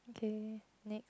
k next